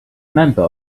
member